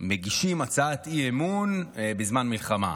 מגישים הצעת אי-אמון בזמן מלחמה?